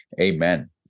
Amen